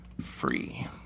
free